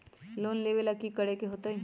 Loan लेवेला की करेके होतई?